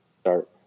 start